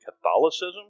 Catholicism